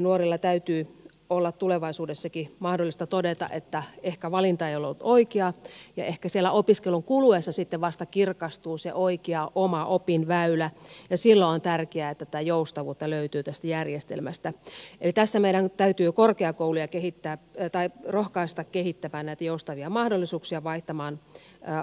nuorilla täytyy olla tulevaisuudessakin mahdollista todeta että ehkä valinta ei ollut oikea ja ehkä siellä opiskelun kuluessa sitten vasta kirkastuu se oikea oma opinväylä ja silloin on tärkeää että tätä joustavuutta löytyy tästä järjestelmästä eli tässä meidän täytyy korkeakouluja kehittää tai rohkaista kehittämään näitä joustavia mahdollisuuksia